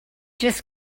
just